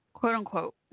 Quote-unquote